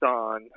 on